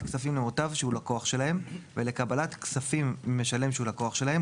כספים למוטב שהוא לקוח שלהם ולקבלת כספים ממשלם שהוא לקוח שלהם,